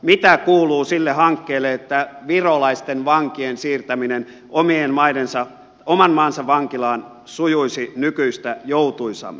mitä kuuluu sille hankkeelle että virolaisten vankien siirtäminen oman maansa vankilaan sujuisi nykyistä joutuisammin